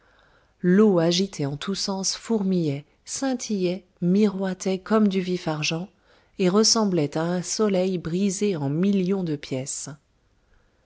l'eau agitée en tous sens fourmillait scintillait miroitait comme du vif-argent et ressemblait à un soleil brisé en millions de pièces